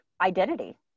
identity